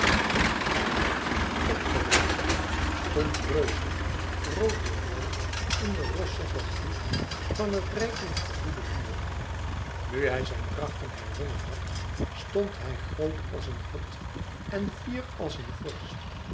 de held op gerezen stond reuzig rood bevlamd in den rossigen gloed van het rijkelijk gevoede vuur nu hij zijn krachten herwonnen had stond hij groot als een god en fier als een vorst